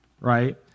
right